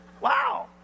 Wow